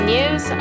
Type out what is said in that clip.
News